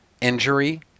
injury